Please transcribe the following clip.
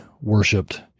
worshipped